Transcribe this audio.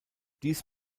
dies